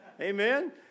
Amen